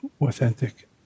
authentic